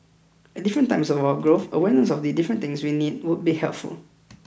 at different times of our growth awareness of the different things we need would be helpful